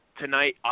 tonight